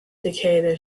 takeda